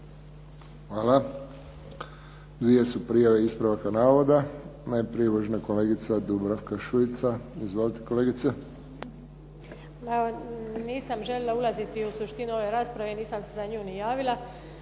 Hvala. Dvije su prijave ispravaka navoda. Najprije uvažena kolegica Dubravka Šuica. Izvolite, kolegice. **Šuica, Dubravka (HDZ)** Pa nisam željela ulaziti u suštinu ove rasprave i nisam se za nju ni javila